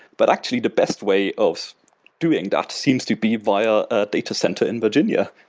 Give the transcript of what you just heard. but actually, the best way of doing that seems to be via a data center in virginia,